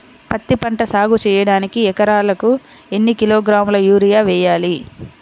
పత్తిపంట సాగు చేయడానికి ఎకరాలకు ఎన్ని కిలోగ్రాముల యూరియా వేయాలి?